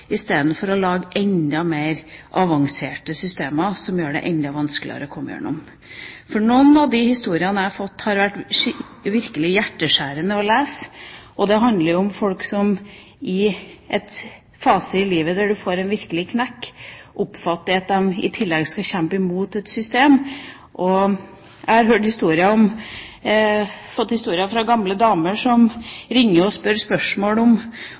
istedenfor å lage enda mer avanserte systemer som gjør det enda vanskeligere å komme igjennom. Noen av de historiene jeg har fått, har vært virkelig hjerteskjærende å lese. Det handler om folk som i en fase i livet der de får en virkelig knekk, oppfatter at de i tillegg skal kjempe imot et system. Jeg har fått historier fra gamle damer som har ringt og stilt spørsmål om